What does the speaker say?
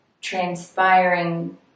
transpiring